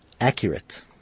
accurate